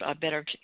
better